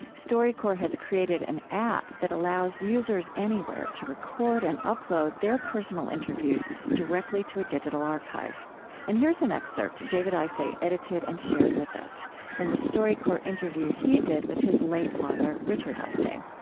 storycorps has created an app that allows users anywhere to record and upload their personal interviews directly to a digital archive and here's an excerpt david isay edited and shared with us from the storycorps interview he did with his late father, richard isay